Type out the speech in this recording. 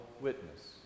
witness